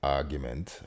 argument